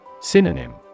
Synonym